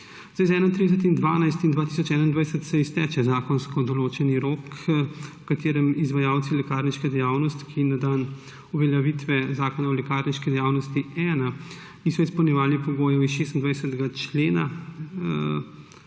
Z 31. 12. 2021 se izteče zakonsko določen rok, do katerega morajo izvajalci lekarniške dejavnosti, ki na dan uveljavitve Zakona o lekarniški dejavnosti 1 niso izpolnjevali pogojev iz 26. člena,